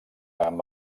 amb